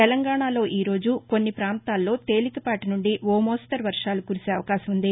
తెలంగాణాలో ఈ రోజు కొన్ని పాంతాల్లో తేలికపాటి నుండి ఓ మోస్తరు వర్షాలు కురిసే అవకాశం ఉంది